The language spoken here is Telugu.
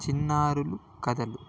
చిన్నారుల కథలు